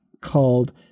called